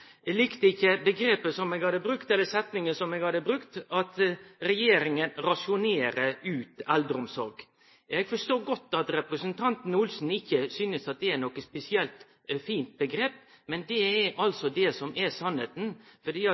eg hadde brukt, eller setninga som eg hadde brukt, om at regjeringa rasjonerer ut eldreomsorg. Eg forstår godt at representanten Olsen ikkje synest at det er noko spesielt fint omgrep, men det er altså det som er